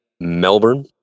Melbourne